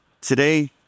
Today